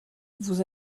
vous